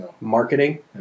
marketing